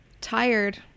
tired